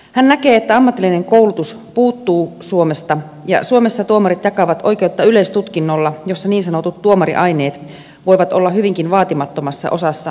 hän näkee että ammatillinen koulutus puuttuu suomesta ja että suomessa tuomarit jakavat oikeutta yleistutkinnolla jossa niin sanotut tuomariaineet voivat olla hyvinkin vaatimattomassa osassa